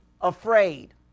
afraid